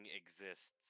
exists